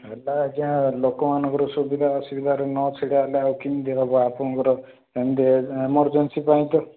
ହେଲା ଆଜ୍ଞା ଲୋକମାନଙ୍କର ସୁବିଧା ଅସୁବିଧାରେ ନ ଛିଡ଼ା ହେଲେ ଆଉ କିମିତି ହବ ଆପଣଙ୍କର ଏମରଜେନ୍ସି୍ ପାଇଁ ତ